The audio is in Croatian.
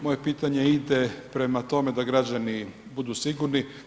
Moje pitanje ide prema tome da građani budu sigurni.